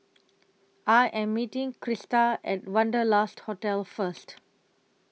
I Am meeting Krysta At Wanderlust Hotel First